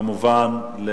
כמובן,